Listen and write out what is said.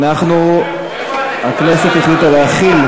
איפה הנגבי?